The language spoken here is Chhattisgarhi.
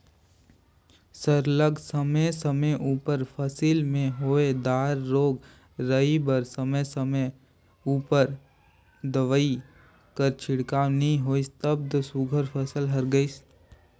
सरलग समे समे उपर फसिल में होए दार रोग राई बर समे समे उपर दवई कर छिड़काव नी होइस तब दो सुग्घर फसिल हर गइस